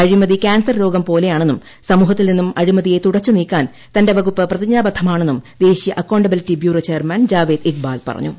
അഴിമതി കാൻസർരോഗം പോലെയാണെന്നും സമൂഹത്തിൽ നിന്നും അഴിമതിയെ തുടച്ചുനീക്കാൻ തന്റെ വകുപ്പ് പ്രതിജ്ഞാബദ്ധമാണെന്നും ദേശീയ accountability bureau chairman Javed Iqbal പറഞ്ഞു